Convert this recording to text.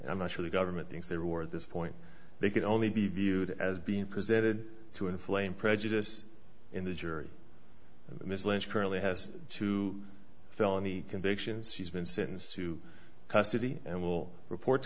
i'm not sure the government thinks there were at this point they could only be viewed as being presented to inflame prejudice in the jury this lynch currently has two felony convictions she's been sentenced to custody and will report